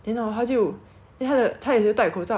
是在他的那个 chin 下面的